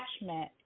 attachment